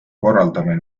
korraldamine